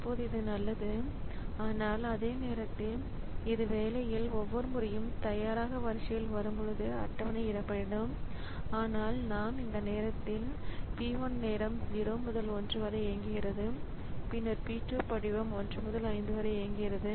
இப்போது இது நல்லது ஆனால் அதே நேரத்தில் இது சற்று மேல்நிலை என்று நீங்கள் காண்கிறீர்கள் ஏனென்றால் புதிய வேலையில் ஒவ்வொரு முறையும் தயாராக வரிசையில் வரும்போது அட்டவணை ஈடுபட வேண்டும் ஆனால் நாம் இந்த நேரத்தில் பி 1 நேரம் 0 முதல் 1 வரை இயங்குகிறது பின்னர் பி 2 படிவம் 1 முதல் 5 வரை இயங்குகிறது